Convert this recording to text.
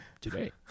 today